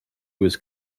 was